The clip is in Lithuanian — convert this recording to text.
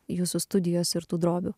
jūsų studijos ir tų drobių